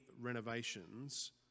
renovations